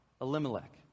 Elimelech